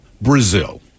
Brazil